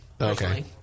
Okay